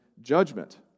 judgment